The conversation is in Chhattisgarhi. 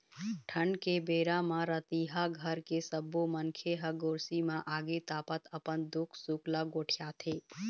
ठंड के बेरा म रतिहा घर के सब्बो मनखे ह गोरसी म आगी तापत अपन दुख सुख ल गोठियाथे